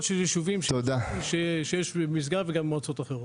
מאוד של יישובים שיש במשגב וגם במועצות אחרות.